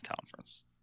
conference